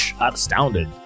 astounded